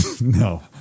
No